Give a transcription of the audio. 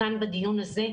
כאן בדיון הזה,